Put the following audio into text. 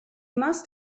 must